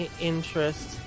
interest